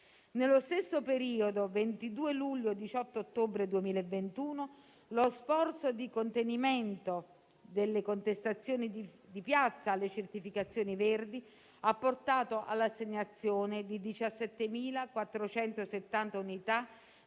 Nello stesso periodo 22 luglio - 18 ottobre 2021, lo sforzo di contenimento delle contestazioni di piazza alle certificazioni verdi ha portato all'assegnazione di 17.470 unità